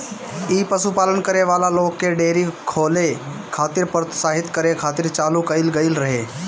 इ पशुपालन करे वाला लोग के डेयरी खोले खातिर प्रोत्साहित करे खातिर चालू कईल गईल रहे